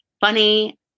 funny